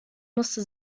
musste